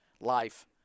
life